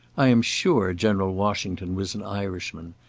i am sure general washington was an irishman.